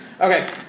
Okay